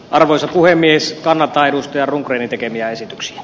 arvoisa puhemies kannattaa ja runkojen tekemiä esityksiä